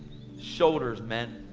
shoulders, men.